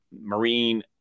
marine